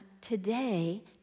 today